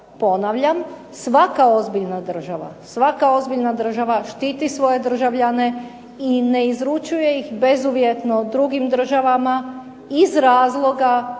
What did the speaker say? država, svaka ozbiljna država štiti svoje državljane i ne izručuje ih bezuvjetno drugim državama iz razloga